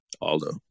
Aldo